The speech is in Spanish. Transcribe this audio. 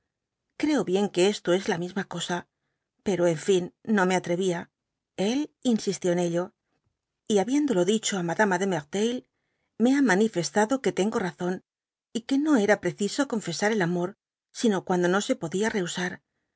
creo bien que esto es la misma cosa pero en fin no me atrevía él insistía en ello y habiéndolo dicho á madama merteuil me ha manifestado que tengo razón i y que no era preciso confesar el amor sino cuando no se podía rehusar